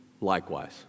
likewise